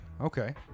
Okay